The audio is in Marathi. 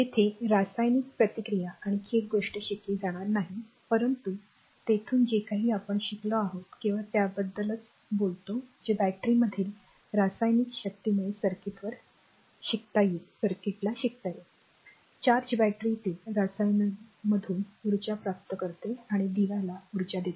येथे रासायनिक प्रतिक्रिया आणखी एक गोष्ट शिकली जाणार नाही परंतु तिथून जे काही आपण शिकलो आहोत केवळ त्याबद्दलच बोलतो जे बॅटरीमधील रासायनिक शक्तींमुळे सर्किटवर जाईल चार्ज बॅटरीतील रसायनांमधून उर्जा प्राप्त करते आणि दिवाला ऊर्जा देते